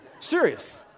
serious